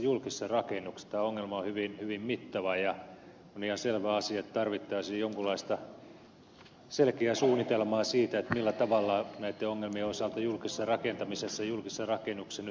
tämä ongelma on hyvin mittava ja on ihan selvä asia että tarvittaisiin jonkunlaista selkeää suunnitelmaa siitä millä tavalla näitten ongelmien osalta julkisessa rakentamisessa ja julkisissa rakennuksissa nyt edetään